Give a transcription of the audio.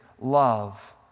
love